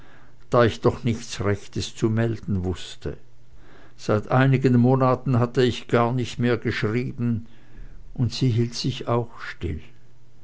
da ich doch nichts rechtes zu melden wußte seit einigen monaten hatte ich gar nicht mehr geschrieben und sie hielt sich auch still